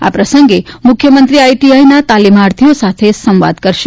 આ પ્રસંગે મુખ્યમંત્રી આઈટીઆઈ ના તાલીમાર્થીઓ સાથે સંવાદ કરશે